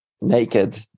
naked